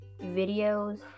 videos